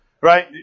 Right